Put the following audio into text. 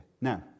Now